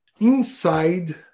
inside